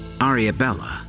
Ariabella